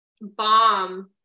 bomb